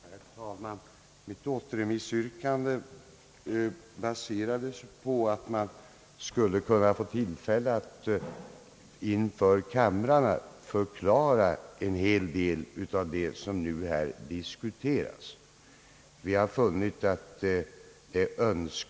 Herr talman! Mitt återremissyrkande baserades på att man skulle kunna få tillfälle att inför kamrarna förklara en hel del av det som nu diskuteras här. Vi har funnit önskvärt att så blir fallet.